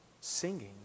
singing